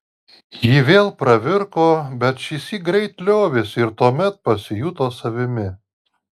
ji vėl pravirko bet šįsyk greit liovėsi ir tuomet pasijuto savimi